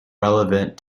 relevant